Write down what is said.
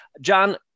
John